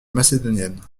macédonienne